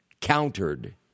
countered